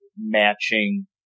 matching